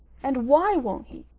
and why won't he?